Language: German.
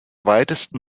weitesten